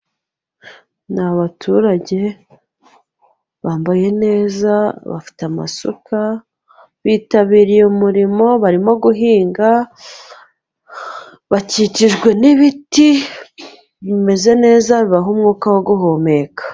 Ni abaturage bambaye neza bafite amasuka, bitabiriye umurimo barimo guhinga bakikijwe n'ibiti bimeze neza, bibaha umwuka wo guhumeka.